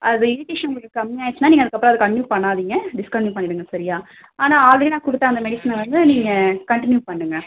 அது இரிட்டேஷன் உங்களுக்கு கம்மியாயிடுச்சினால் நீங்கள் அதுக்கப்புறம் அதை கண்டினியூ பண்ணாதீங்க டிஸ்கண்டினியூ பண்ணிடுங்கள் சரியா ஆனால் ஆல்ரெடி நான் கொடுத்த அந்த மெடிஸனை வந்து நீங்கள் கண்டினியூ பண்ணுங்கள்